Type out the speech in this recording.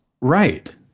Right